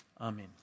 Amen